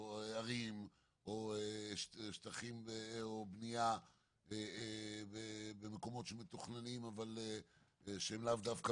ערים או שטחים או בנייה במקומות שמתוכננים שהם לאו דווקא